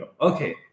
Okay